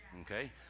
Okay